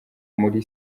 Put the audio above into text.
muri